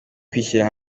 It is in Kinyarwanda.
kwishyira